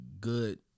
good